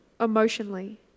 emotionally